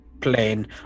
plane